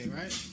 right